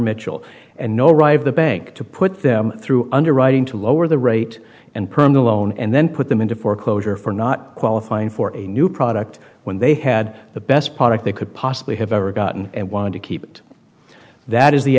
mitchell and no rive the bank to put them through underwriting to lower the rate and perm the loan and then put them into foreclosure for not qualifying for a new product when they had the best product they could possibly have ever gotten and wanted to keep it that is the